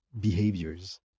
behaviors